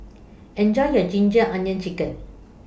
Enjoy your Ginger Onions Chicken